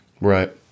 right